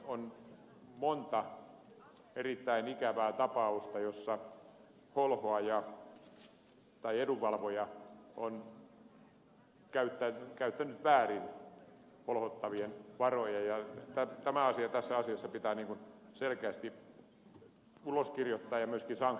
on monta erittäin ikävää tapausta jossa holhoaja tai edunvalvoja on käyttänyt väärin holhottavien varoja ja tämä asia tässä asiassa pitää selkeästi uloskirjoittaa ja myöskin sanktioida